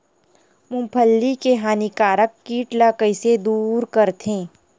मूंगफली के हानिकारक कीट ला कइसे दूर करथे?